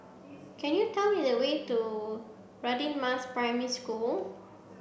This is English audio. can you tell me the way to Radin Mas Primary School